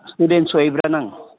students ꯑꯣꯏꯕ꯭ꯔꯥ ꯅꯪ